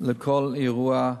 לכל אירוע.